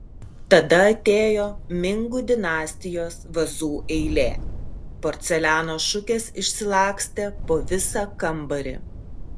tada atėjo mingų dinastijos vazų eilė porceliano šukės išsilakstė po visą kambarį